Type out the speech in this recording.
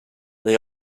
they